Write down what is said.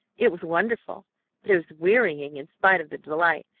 it was wonderful but it was wearying in spite of the delight,